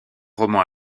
romans